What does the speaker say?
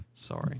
Sorry